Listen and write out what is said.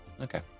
Okay